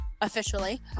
officially